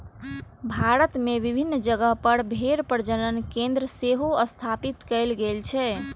भारत मे विभिन्न जगह पर भेड़ प्रजनन केंद्र सेहो स्थापित कैल गेल छै